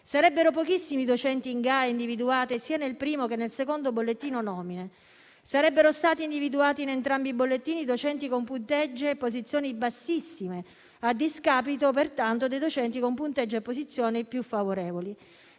Sarebbero pochissimi i docenti in Gae individuati sia nel primo sia nel secondo bollettino nomine; sarebbero stati individuati in entrambi i bollettini docenti con punteggio e posizioni bassissime, a discapito pertanto di altri con punteggio e posizioni più favorevoli.